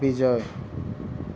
विजय